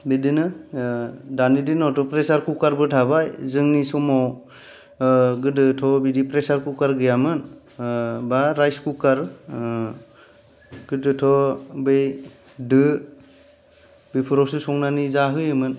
बिदिनो दानि दिनावथ' प्रेसार कुकारबो थाबाय जोंनि समाव गोदोथ' बिदि प्रेसार कुकार गैयामोन बा राइस कुकार गोदोथ' बै दो बेफोरावसो संनानै जाहोयोमोन